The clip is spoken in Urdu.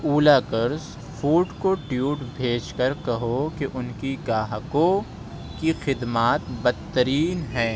اولی کرس فوڈ کو ٹویٹ بھیج کر کہو کہ ان کی گاہکوں کی خدمات بدترین ہیں